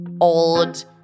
old